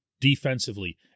defensively